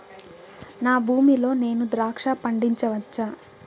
నా భూమి లో నేను ద్రాక్ష పండించవచ్చా?